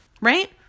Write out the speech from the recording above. right